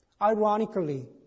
Ironically